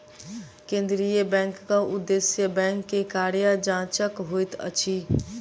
केंद्रीय बैंकक उदेश्य बैंक के कार्य जांचक होइत अछि